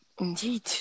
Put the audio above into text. indeed